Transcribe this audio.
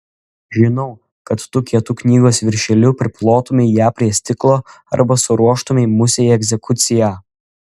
žinau kad tu kietu knygos viršeliu priplotumei ją prie stiklo arba suruoštumei musei egzekuciją